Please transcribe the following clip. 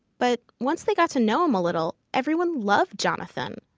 but once they got to know him a little, everyone loved jonathan.